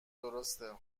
درسته